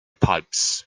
pipes